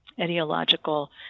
ideological